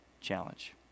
challenge